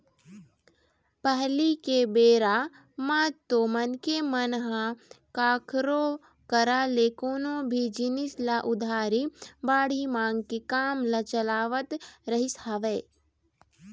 पहिली के बेरा म तो मनखे मन ह कखरो करा ले कोनो भी जिनिस ल उधारी बाड़ही मांग के काम ल चलावत रहिस हवय